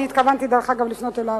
אני התכוונתי דרך אגב לפנות אליו,